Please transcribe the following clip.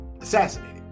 assassinated